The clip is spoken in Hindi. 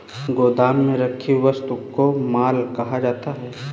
गोदाम में रखी वस्तु को माल कहा जाता है